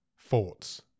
Thoughts